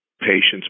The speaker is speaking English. patients